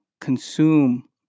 consume